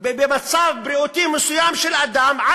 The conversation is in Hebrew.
במצב בריאותי מסוים של אדם.